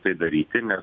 tai daryti nes